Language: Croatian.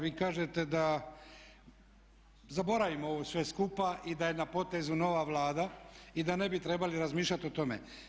Vi kažete da zaboravimo ovo sve skupa i da je na potezu nova Vlada i da ne bi trebali razmišljati o tome.